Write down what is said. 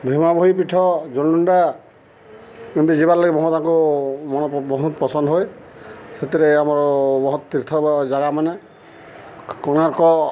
ଭୀମା ଭୋଇ ପୀଠ ଜୋଲୁଣ୍ଡା ଏମିତି ଯିବାର୍ ଲାଗି ବହ ତାଙ୍କୁ ମନ ବହୁତ ପସନ୍ଦ ହଏ ସେଥିରେ ଆମର ବହୁତ୍ ତୀର୍ଥ ବା ଜାଗା ମାନେ କୋଣାର୍କ